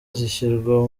zishyirwa